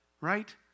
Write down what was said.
right